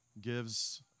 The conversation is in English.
gives